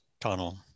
tunnel